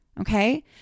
Okay